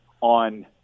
on